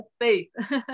faith